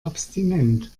abstinent